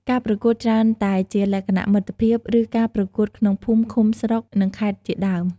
ការប្រកួតច្រើនតែជាលក្ខណៈមិត្តភាព ឬការប្រកួតក្នុងភូមិ ឃុំ ស្រុក និងខេត្តជាដើម។